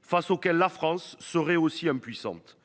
face auquel la France serait aussi impuissante